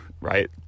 right